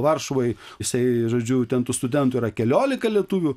varšuvai jisai žodžiu ten tų studentų yra keliolika lietuvių